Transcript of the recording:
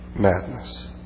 madness